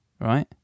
Right